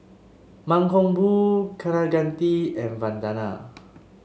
Mankombu Kaneganti and Vandana